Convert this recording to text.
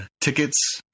tickets